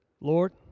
Lord